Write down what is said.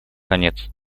конец